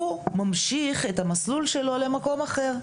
הוא ממשיך את המסלול שלו למקום אחר.